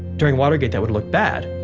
during watergate, that would look bad,